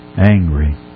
Angry